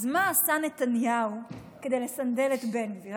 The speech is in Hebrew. אז מה עשה נתניהו כדי לסנדל את בן גביר?